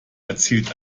erzielt